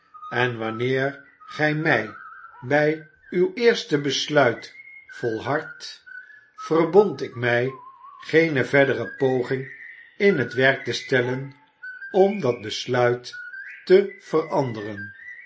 en wanneer gij bij uw eerste besluit volharddet verbond ik mij geene verdere poging in het werk te stellen om dat besluit te veranderen